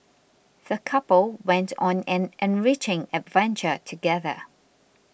the couple went on an enriching adventure together